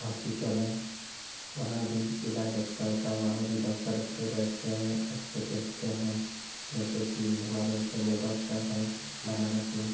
hospital है वहाँ भी इलाज़ अच्छा होता है वहाँ भी डॉक्टर अच्छे बैठते हैं अच्छा देखते हैं जैसे कि हमारे संजय डॉक्टर साहब हैं बनारस में